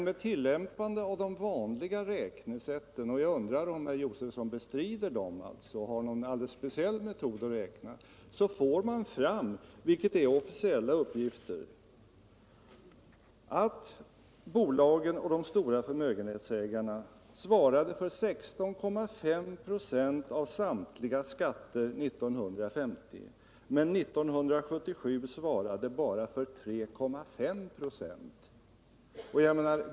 Med tillämpande av de vanliga räknesätten — jag undrar om herr Josefson bestrider deras riktighet och har någon alldeles speciell metod att räkna på — får man fram, vilket är officiella uppgifter, att bolagen och de stora förmögenhetsägarna år 1950 svarade för 16,5 a av samtliga skatter men år 1977 svarade för bara 3,5 24.